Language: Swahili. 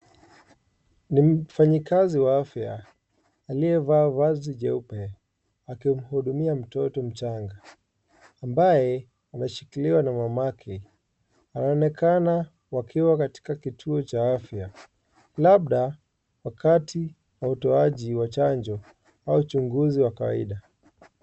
Mfanyakazi wa afya aliyevaa vazi jeupe akimhudumia mtoto mchanga, ambaye ameshikiliwa na mama yake. Anaonekana wakiwa katika kituo cha afya, labda wakati wa utoaji wa chanjo au uchunguzi wa kawaida.